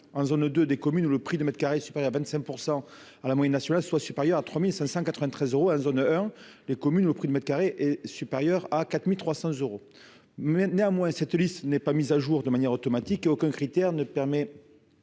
en zone de des communes où le prix de mètres carré super 25 % à la moyenne nationale soit supérieure à 3593 euros elles honneur les communes, le prix du mètre carré est supérieur à 4300 euros mais néanmoins, cette liste n'est pas mise à jour de manière automatique et aucun critère ne permet